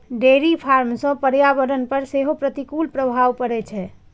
dairy farm सं पर्यावरण पर सेहो प्रतिकूल प्रभाव पड़ै छै